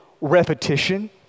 repetition